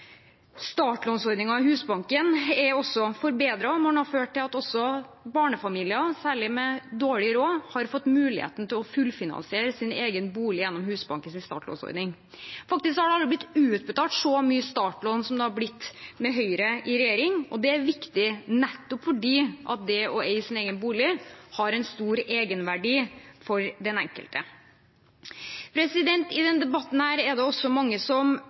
i Husbanken er også forbedret og har ført til at også barnefamilier, særlig de med dårlig råd, har fått mulighet til å fullfinansiere sin egen bolig gjennom Husbankens startlånsordning. Det har faktisk aldri blitt utbetalt så mye startlån som det har blitt med Høyre i regjering. Det er viktig nettopp fordi det å eie sin egen bolig har en stor egenverdi for den enkelte. I denne debatten er det også mange som